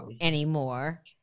anymore